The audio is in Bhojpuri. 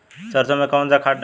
सरसो में कवन सा खाद डाली?